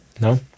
No